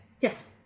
Yes